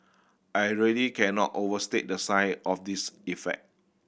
I really cannot overstate the size of this effect